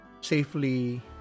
safely